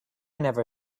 never